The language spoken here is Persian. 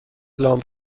لامپ